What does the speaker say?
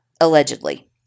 Allegedly